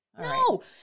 No